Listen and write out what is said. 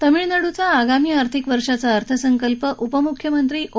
तामिळनाडूचा आगामी आर्थिक वर्षांचा अर्थसंकल्प उपमुख्यमंत्री ओ